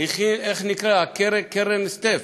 קרן "סטף",